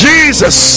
Jesus